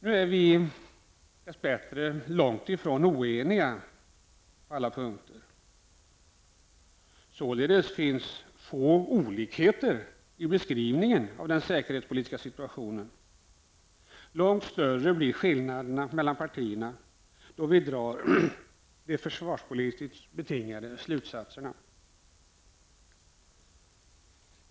Nu är vi dess bättre långt ifrån oeniga på alla punkter. Således finns det få olikheter i beskrivningen av den säkerhetspolitiska situationen. Långt större blir skillnaderna mellan partierna då vi drar de försvarspolitiskt betingade slutsatserna.